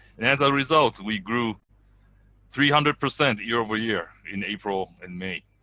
and as a result, we grew three hundred percent year over year in april and may.